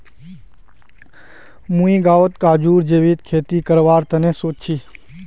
मुई गांउत काजूर जैविक खेती करवार तने सोच छि